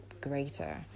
greater